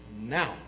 Now